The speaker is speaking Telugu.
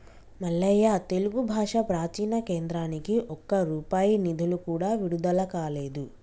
మల్లయ్య తెలుగు భాష ప్రాచీన కేంద్రానికి ఒక్క రూపాయి నిధులు కూడా విడుదల కాలేదు